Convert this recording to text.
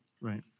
Right